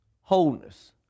wholeness